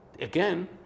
again